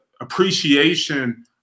appreciation